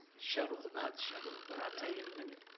shuttle, not shuttle, but i'll tell you in a minute.